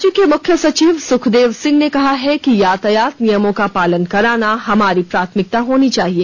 राज्य के मुख्य सचिव सुखदेव सिंह ने कहा है कि यातायात नियमों का पालन कराना हमारी प्राथमिकता होनी चाहिए